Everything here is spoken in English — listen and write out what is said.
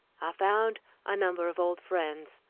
i found a number of old friends,